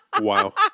Wow